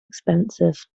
expensive